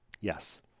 Yes